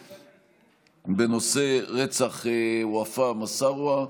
בנושא: רצח ופא מסארווה.